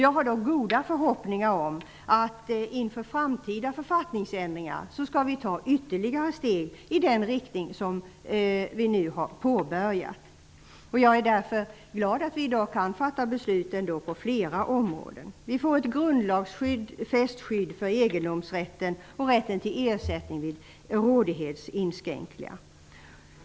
Jag har goda förhoppningar att vi inför framtida författningsändringar tar ytterligare steg i den riktning som vi nu har påbörjat. Jag är därför glad att vi i dag ändå kan fatta beslut inom flera områden. Vi får ett grundlagsfäst skydd för egendomsrätten och rätten till ersättning vid rådighetsinskränkningar.